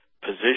position